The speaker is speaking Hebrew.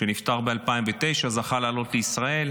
שנפטר ב-2009, זכה לעלות לישראל,